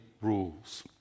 rules